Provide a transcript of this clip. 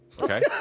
okay